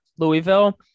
Louisville